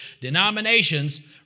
denominations